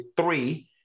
three